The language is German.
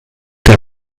der